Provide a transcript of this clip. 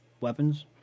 weapons